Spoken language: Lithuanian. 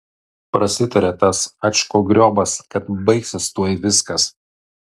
prasitarė tas ačkogriobas kad baigsis tuoj viskas